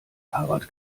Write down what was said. fahrrad